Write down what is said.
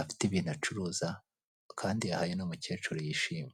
afite ibintu acuruza kandi yahaye uno mukecuru yishimye.